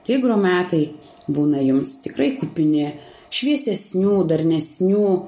tigro metai būna jums tikrai kupini šviesesnių darnesnių